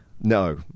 no